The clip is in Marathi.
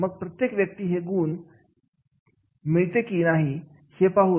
मग प्रत्येक व्यक्ती हे गुण मिळते की नाही